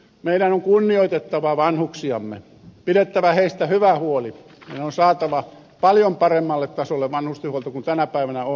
meidän on kunnioitettava vanhuksiamme pidettävä heistä hyvä huoli ja on saatava vanhustenhuolto paljon paremmalle tasolle kuin tänä päivänä on